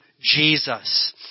Jesus